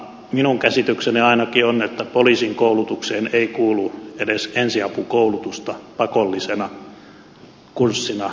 minun käsitykseni ainakin on että poliisin koulutukseen ei kuulu edes ensiapukoulutusta pakollisena kurssina